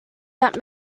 that